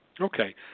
Okay